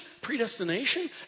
predestination